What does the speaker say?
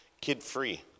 Kid-free